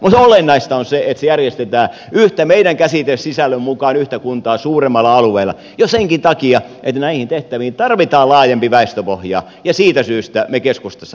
mutta olennaista on se että se järjestetään meidän käsitesisältömme mukaan yhtä kuntaa suuremmalla alueella jo senkin takia että näihin tehtäviin tarvitaan laajempi väestöpohja ja siitä syystä me keskustassa ajattelemme näin